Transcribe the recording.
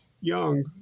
young